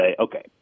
okay